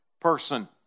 person